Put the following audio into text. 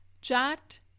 Chat